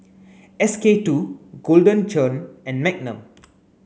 S K two Golden Churn and Magnum